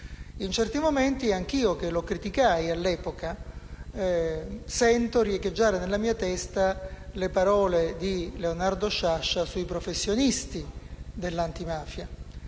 In certi momenti anch'io, che lo criticai all'epoca, sento riecheggiare nella mia testa le parole di Leonardo Sciascia sui professionisti dell'antimafia.